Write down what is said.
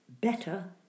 better